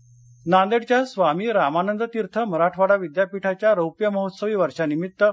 विद्यापीठ कार्यशाळा नांदेड नांदेडच्या स्वामी रामानंद तीर्थ मराठवाडा विद्यापीठाच्या रौप्य महोत्सवी वर्षानिमित्त